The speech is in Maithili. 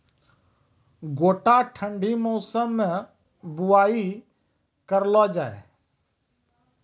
गोटा ठंडी मौसम बुवाई करऽ लो जा?